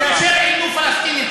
כאשר עינו פלסטינים?